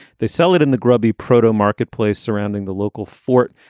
they sell it in the grubby proteau marketplace surrounding the local fort.